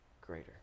greater